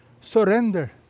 Surrender